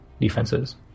defenses